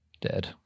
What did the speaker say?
dead